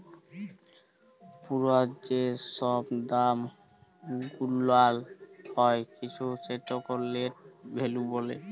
পুরা যে ছব দাম গুলাল হ্যয় কিছুর সেটকে লেট ভ্যালু ব্যলে